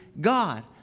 God